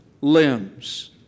limbs